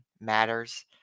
matters